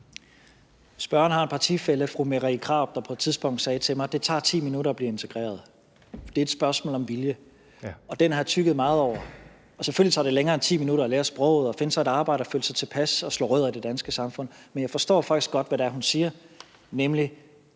Spørgeren har en partifælle, fru Marie Krarup, der på et tidspunkt sagde til mig: Det tager ti minutter at blive integreret – det er et spørgsmål om vilje. Den har jeg tygget meget på. Og selvfølgelig tager det længere end ti minutter at lære sproget, finde sig et arbejde, føle sig tilpas og slå rødder i det danske samfund. Men jeg forstår faktisk godt, hvad det er, hun siger, nemlig